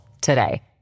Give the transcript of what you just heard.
today